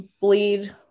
bleed